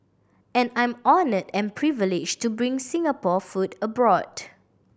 and I'm honoured and privileged to bring Singapore food abroad